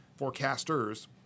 forecasters